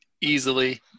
easily